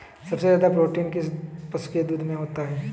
सबसे ज्यादा प्रोटीन किस पशु के दूध में होता है?